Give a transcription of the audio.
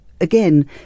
again